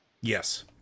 Yes